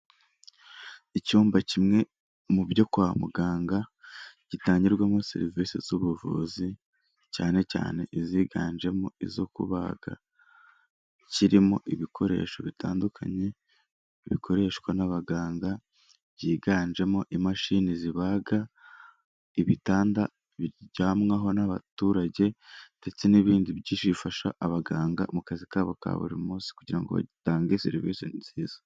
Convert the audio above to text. Icyumba kimwe mu byo kwa muganga, gitangirwamo serivise z'ubuvuzi cyane cyane iziganjemo izo kubaga, kirimo ibikoresho bitandukanye bikoreshwa n'abaganga, byiganjemo imashini zibaga, ibitanda biryanwaho n'abaturage ndetse n'ibindi byinshi bifasha abaganga mu kazi kabo ka buri munsi kugira ngo batange serivise nziza.